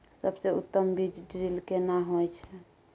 सबसे उत्तम बीज ड्रिल केना होए छै?